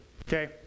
okay